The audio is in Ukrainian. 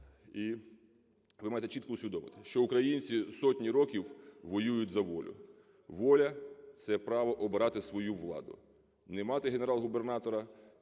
І ви маєте чітко усвідомити, що українці сотні років воюють за волю. Воля – це право обирати свою владу, не мати генерал-губернатора